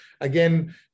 again